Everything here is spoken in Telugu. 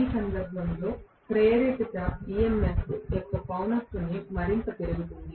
ఈ సందర్భంలో ప్రేరేపిత EMF యొక్క పౌనః పున్యం మరింత పెరుగుతుంది